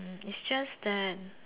hmm is just that